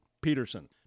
Peterson